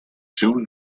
soon